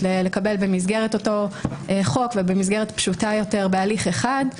לקבל במסגרת אותו חוק ובמסגרת פשוטה יותר בהליך אחד,